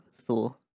Thor